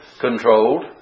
controlled